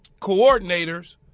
coordinators